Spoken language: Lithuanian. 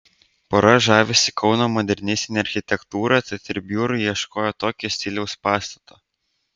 pora žavisi kauno modernistine architektūra tad ir biurui ieškojo tokio stiliaus pastato